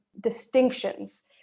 distinctions